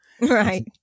right